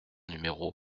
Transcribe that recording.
numéro